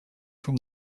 from